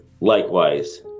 Likewise